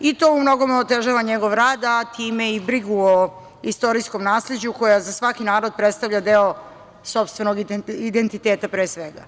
i to umnogome otežava njegov rad, a time i brigu o istorijskom nasleđu koja za svaki narod predstavlja deo sopstvenog identiteta, pre svega.